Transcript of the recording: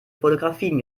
fotografien